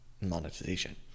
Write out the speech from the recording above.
monetization